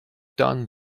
done